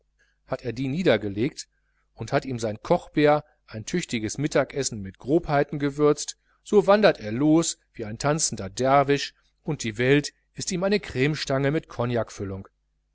hat er die niedergelegt und hat ihm sein kochbär ein tüchtiges mittagessen mit grobheiten gewürzt so wandert er los wie ein tanzender derwisch und die welt ist ihm eine crmestange mit